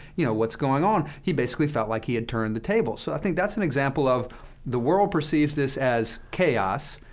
you know, what's going on. he basically felt like he had turned the tables. so i think that's an example of the world perceives this as chaos